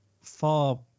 far